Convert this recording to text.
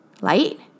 Light